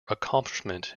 accomplishment